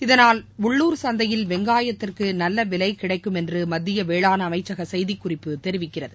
இதனால் உள்ளுர் சந்தையில் வெங்காயத்திற்கு நல்ல விலை கிடைக்கும் என்று மத்திய வேளாண் அமைச்சக செய்தி குறிப்பு தெரிவிக்கிறது